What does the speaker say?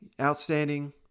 outstanding